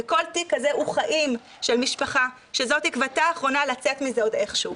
וכל תיק כזה הוא חיים של משפחה שזו תקוותה האחרונה לצאת מזה איך שהוא,